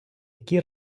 які